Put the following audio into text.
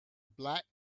black